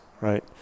right